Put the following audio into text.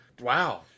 wow